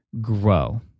grow